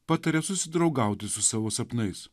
pataria susidraugauti su savo sapnais